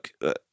look